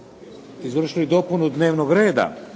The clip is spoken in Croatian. izvršili dopunu dnevnog reda.